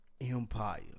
Empire